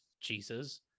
Jesus